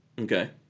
Okay